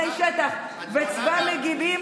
פעילי שטח וצבא מגיבים.